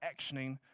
actioning